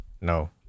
No